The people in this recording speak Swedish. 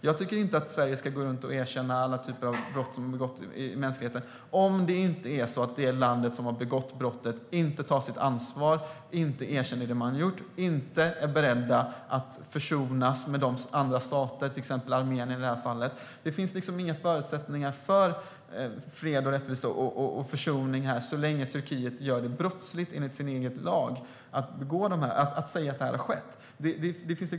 Jag tycker inte att Sverige ska gå runt och erkänna alla typer av brott mot mänskligheten som har begåtts om det inte är så att det land som har begått brottet inte tar sitt ansvar, inte erkänner det man har gjort och inte är berett att försonas med andra stater, i det här fallet Armenien. Det finns varken förutsättningar eller utrymme för fred, rättvisa och försoning så länge Turkiet gör det till brottsligt enligt sin egen lag att säga att detta har skett.